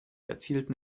erzielten